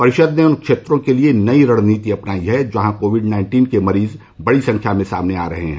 परिषद ने उन क्षेत्रों के लिये नई रणनीति बनाई है जहां कोविड नाइन्टीन के मरीज बड़ी संख्या में सामने आ रहे हैं